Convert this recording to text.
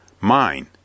Mine